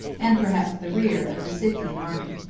and perhaps the rear, of the scythian army.